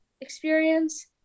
experience